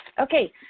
Okay